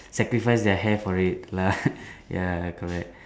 sacrifice their hair for it lah ya correct